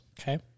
Okay